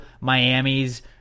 Miami's